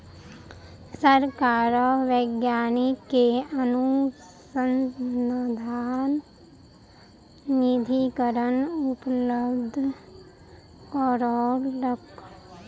सरकार वैज्ञानिक के अनुसन्धान निधिकरण उपलब्ध करौलक